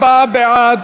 64 בעד,